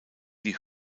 die